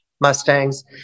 Mustangs